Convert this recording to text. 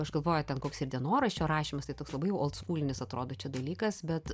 aš galvoju ten koks ir dienoraščio rašymas tai toks labai jau oldskūlinis atrodo čia dalykas bet